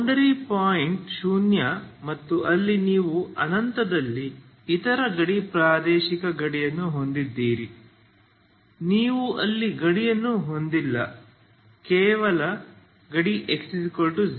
boundary point ಶೂನ್ಯ ಮತ್ತು ಅಲ್ಲಿ ನೀವು ಅನಂತದಲ್ಲಿ ಇತರ ಗಡಿ ಪ್ರಾದೇಶಿಕ ಗಡಿಯನ್ನು ಹೊಂದಿದ್ದೀರಿ ನೀವು ಅಲ್ಲಿ ಗಡಿಯನ್ನು ಹೊಂದಿಲ್ಲ ಕೇವಲ ಗಡಿ x0